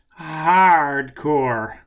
hardcore